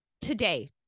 today